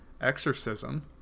exorcism